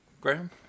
Graham